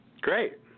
Great